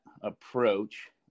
approach